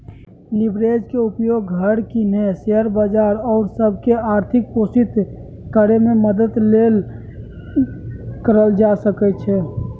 leverage के उपयोग घर किने, शेयर बजार आउरो सभ के आर्थिक पोषित करेमे मदद लेल कएल जा सकइ छै